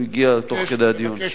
הוא הגיע תוך כדי הדיון.